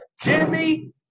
Jimmy